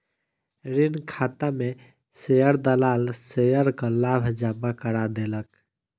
ऋण खाता में शेयर दलाल शेयरक लाभ जमा करा देलक